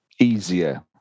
easier